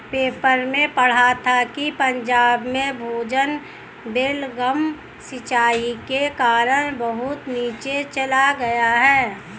paper में पढ़ा था कि पंजाब में भूजल बेलगाम सिंचाई के कारण बहुत नीचे चल गया है